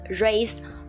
raise